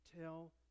tell